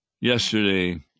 Yesterday